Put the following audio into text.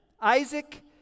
isaac